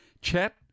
chat